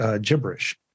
gibberish